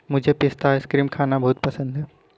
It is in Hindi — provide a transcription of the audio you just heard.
मुझे पिस्ता आइसक्रीम खाना बहुत पसंद है